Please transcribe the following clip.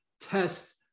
test